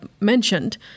mentioned